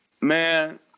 man